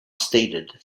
stated